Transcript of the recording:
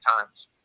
times